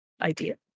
idea